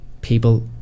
people